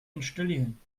installieren